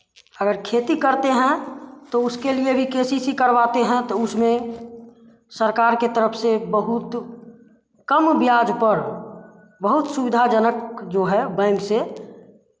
अगर खेती करते हैं तो उसके लिए भी के सी सी करवाते हैं तो उसमें सरकार की तरफ़ से बहुत कम ब्याज पर बहुत सुविधा जनक जो है बैंक से